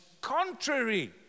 contrary